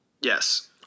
Yes